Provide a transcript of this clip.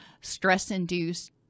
stress-induced